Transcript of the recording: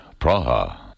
Praha